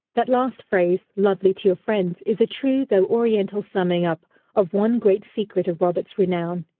that last phrase, lovely to your friends, is a true though oriental summing-up of one great secret of roberts' renown.